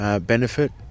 benefit